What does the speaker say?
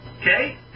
okay